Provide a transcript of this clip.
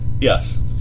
Yes